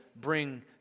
bring